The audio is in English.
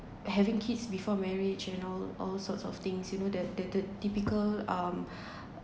having kids before marriage and all all sorts of things you know that the the typical um